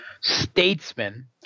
statesman